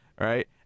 right